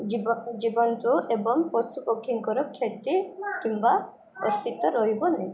ଜୀବ ଏବଂ ପଶୁପକ୍ଷୀଙ୍କର କ୍ଷତି କିମ୍ବା ଅସ୍ଥିତ୍ୱ ରହିବନି